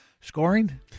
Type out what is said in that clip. scoring